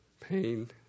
pain